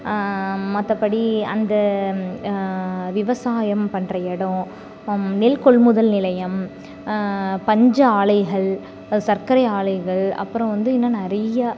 மற்றபடி அங்கே விவசாயம் பண்ணுற இடோம் நெல் கொள்முதல் நிலையம் பஞ்சு ஆலைகள் சர்க்கரை ஆலைகள் அப்புறம் வந்து இன்றும் நிறையா